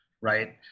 right